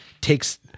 takes